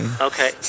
Okay